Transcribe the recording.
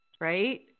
right